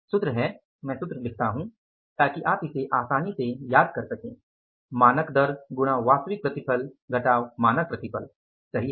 सूत्र है मैं सूत्र लिखता हूं ताकि आप इसे आसानी से याद कर सकें मानक दर गुणा वास्तविक प्रतिफल घटाव मानक प्रतिफल सही है